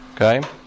okay